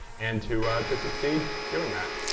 and to to succeed doing that.